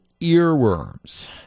earworms